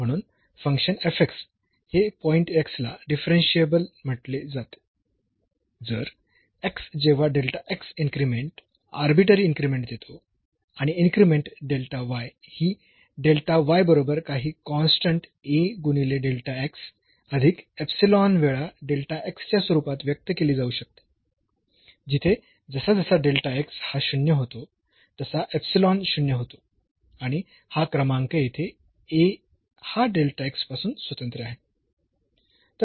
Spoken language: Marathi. म्हणून फंक्शन हे पॉईंट x ला डिफरन्शियेबल म्हटले जाते जर x जेव्हा इन्क्रीमेंट आर्बिट्ररी इन्क्रीमेंट देतो आणि इन्क्रीमेंट ही बरोबर काही कॉन्स्टंट A गुणिले अधिक ईप्सिलॉन वेळा च्या स्वरूपात व्यक्त केली जाऊ शकते जिथे जसजसा हा 0 होतो तसा इप्सिलॉन 0 होतो आणि हा क्रमांक येथे A हा पासून स्वतंत्र आहे